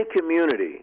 community